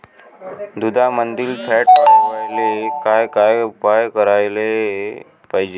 दुधामंदील फॅट वाढवायले काय काय उपाय करायले पाहिजे?